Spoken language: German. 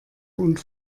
und